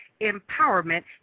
Empowerment